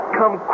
come